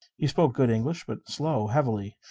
he spoke good english, but slowly, heavily,